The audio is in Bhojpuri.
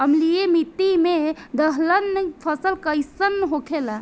अम्लीय मिट्टी मे दलहन फसल कइसन होखेला?